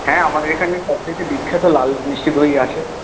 হ্যাঁ আমাদের এখানে সব থেকে বিখ্যাত লাল মিষ্টি দই আছে